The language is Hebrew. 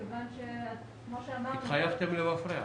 התחייבתם למפרע.